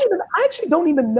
and and i actually don't even know.